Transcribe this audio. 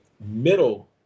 middle